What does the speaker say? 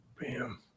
bam